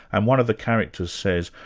and one of the characters says,